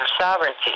sovereignty